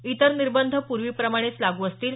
इतर निर्बंध पूर्वीप्रमाणेच लाग्र असतील